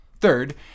Third